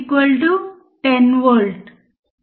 5 వోల్ట్లు వ్రాద్దాం output voltage అంటే ఏమిటి